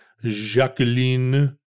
Jacqueline